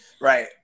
Right